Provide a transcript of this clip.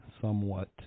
somewhat